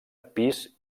pis